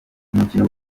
umukino